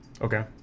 Okay